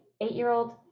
eight-year-old